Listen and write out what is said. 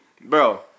Bro